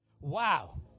Wow